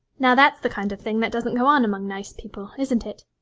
now that's the kind of thing that doesn't go on among nice people, isn't it